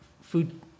food